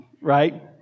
right